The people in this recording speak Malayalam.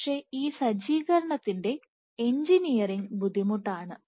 പക്ഷേ ഈ സജ്ജീകരണത്തിൻറെ എഞ്ചിനീയറിംഗ് ബുദ്ധിമുട്ടാണ്